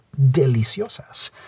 deliciosas